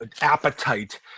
appetite